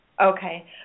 Okay